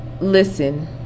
listen